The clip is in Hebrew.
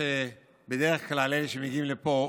בדרך כלל אלה שמגיעים לפה,